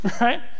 right